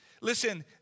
Listen